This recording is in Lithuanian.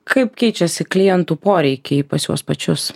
kaip keičiasi klientų poreikiai pas juos pačius